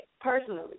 personally